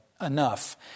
enough